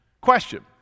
question